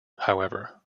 however